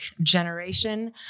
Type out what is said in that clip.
generation